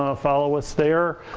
ah follow us there.